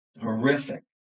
horrific